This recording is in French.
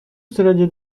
saladier